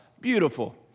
beautiful